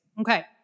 Okay